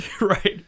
right